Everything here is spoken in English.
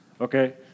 Okay